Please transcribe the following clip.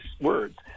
words